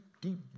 deep